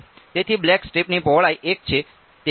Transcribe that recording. તેથી બ્લેક સ્ટ્રીપની પહોળાઈ 1 છે